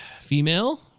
female